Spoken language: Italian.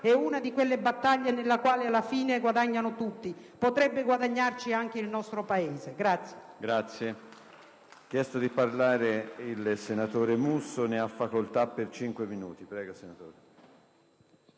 è una di quelle battaglie nelle quali alla fine guadagnano tutti; potrebbe guadagnarci anche il nostro Paese.